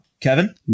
Kevin